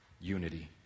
Unity